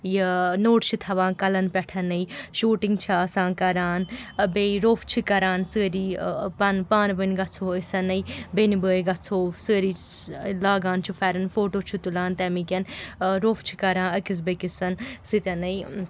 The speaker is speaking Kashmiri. یہِ نوٚٹ چھِ تھاوان کَلَن پٮ۪ٹھَن شوٗٹِنٛگ چھِ آسان کَران بیٚیہِ روٚف چھِ کَران سٲری پَن پانہٕ ؤنۍ گَژھو أسۍنٕے بیٚنہِ بٲے گَژھو سٲری لاگان چھُ پھٮ۪رن فوٹوٗ چھِ تُلان تَمہِ کِنۍ روٚف چھِ کَران أکِس بیٚیِس سۭتٮ۪ن